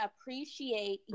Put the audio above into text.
appreciate